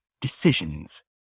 decisions